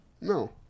no